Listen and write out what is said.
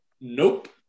Nope